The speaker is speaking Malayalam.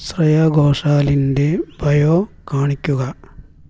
ശ്രേയാ ഘോഷാലിൻ്റെ ബയോ കാണിക്കുക